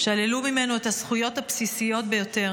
שללו ממנו את הזכויות הבסיסיות ביותר,